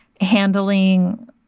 handling